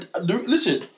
Listen